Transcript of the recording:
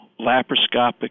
laparoscopic